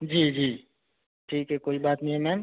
जी जी ठीक है कोई बात नहीं मैम